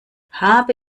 habe